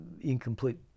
incomplete